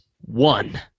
one